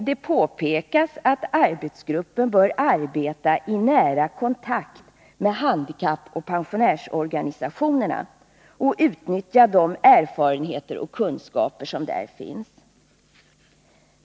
Det påpekas att arbetsgruppen bör arbeta i nära kontakt med handikappoch pensionärsorganisationerna och utnyttja de erfarenheter och kunskaper som där finns.